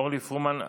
אורלי פרומן,